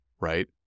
right